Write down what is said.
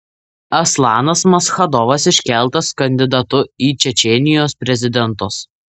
aslanas maschadovas iškeltas kandidatu į čečėnijos prezidentus